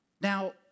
Now